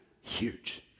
huge